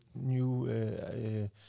new